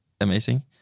amazing